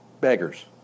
beggars